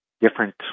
different